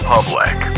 Public